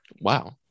Wow